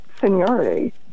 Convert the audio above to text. seniority